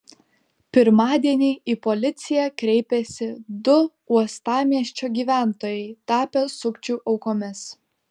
pirmadienį į policiją kreipėsi du uostamiesčio gyventojai tapę sukčių aukomis